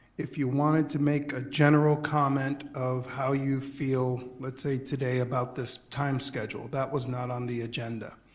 if you wanted to make a general comment of how you feel, let's say today, about this time schedule, that was not on the agenda.